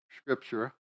scripture